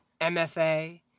MFA